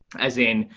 as in,